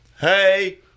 Hey